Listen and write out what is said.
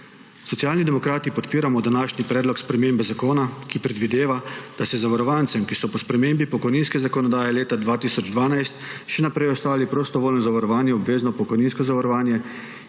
Socialni demokrati podpiramo današnji predlog spremembe zakona, ki predvideva, da se zavarovancem, ki so po spremembi pokojninske zakonodaje leta 2012 še naprej ostali prostovoljno zavarovani v obvezno pokojninsko zavarovanje